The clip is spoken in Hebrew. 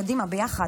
קדימה, ביחד.